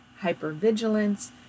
hypervigilance